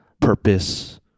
purpose